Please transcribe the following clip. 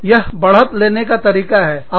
इसीलिए यह बढ़त लेने का तरीका है